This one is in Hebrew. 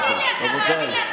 תגיד לי, אתה מאמין לעצמך?